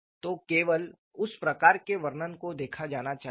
तो केवल उस प्रकार के वर्णन को देखा जाना चाहिए